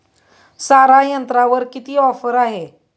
सारा यंत्रावर किती ऑफर आहे?